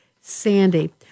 Sandy